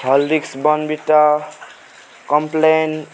Horlicks Bournvita complain